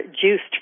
Juiced